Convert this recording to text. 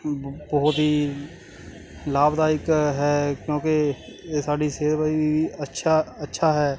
ਬਹੁਤ ਹੀ ਲਾਭਦਾਇਕ ਹੈ ਕਿਉਂਕਿ ਇਹ ਸਾਡੀ ਸਿਹਤ ਲਈ ਵੀ ਅੱਛਾ ਅੱਛਾ ਹੈ